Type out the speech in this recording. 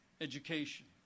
education